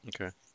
Okay